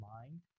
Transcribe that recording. mind